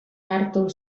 onartu